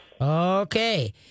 okay